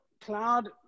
cloud